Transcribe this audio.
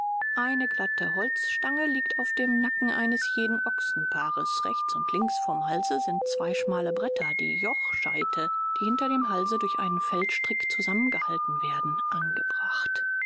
eine glatte holzstange liegt auf dem nacken eines jeden ochsenpaares rechts und links vom halse sind zwei schmale bretter die jochscheite die unter dem halse durch einen fellstrick zusammengehalten werden angebracht